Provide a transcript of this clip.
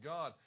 God